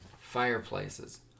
fireplaces